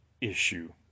issue